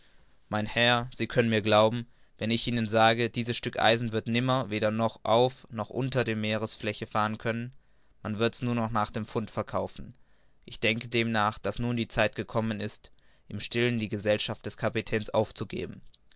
mein herr sie können mir glauben wenn ich ihnen sage dies stück eisen wird nimmer weder auf noch unter der meeresfläche fahren man wird's nur nach dem pfund verkaufen ich denke demnach daß nun die zeit gekommen ist im stillen die gesellschaft des kapitäns aufzugeben